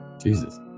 Jesus